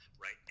right